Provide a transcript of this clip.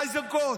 איזנקוט,